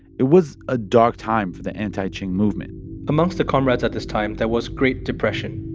it was a dark time for the anti-qing movement amongst the comrades at this time, there was great depression.